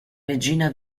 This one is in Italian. regina